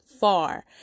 far